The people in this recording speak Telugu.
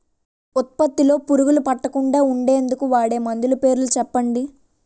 ఉత్పత్తి లొ పురుగులు పట్టకుండా ఉండేందుకు వాడే మందులు పేర్లు చెప్పండీ?